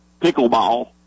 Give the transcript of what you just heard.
pickleball